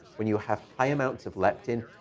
when you have high amounts of leptin,